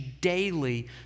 daily